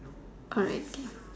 alright okay